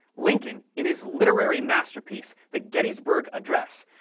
lincoln, in his literary masterpiece the gettysburg address,